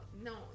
no